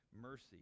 mercy